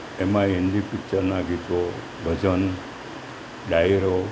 એમાં હિન્દી પિક્ચરનાં ગીતો ભજન ડાયરો